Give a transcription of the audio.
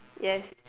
yes